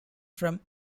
from